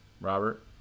Robert